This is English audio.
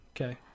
Okay